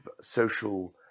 social